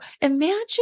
imagine